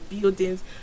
buildings